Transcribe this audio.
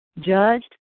judged